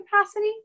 capacity